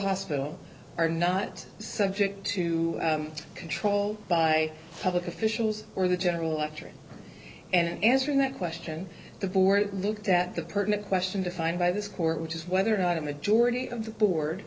hospital are not subject to control by public officials or the general electorate and answering that question the board looked at the pertinent question defined by this court which is whether or not a majority of the board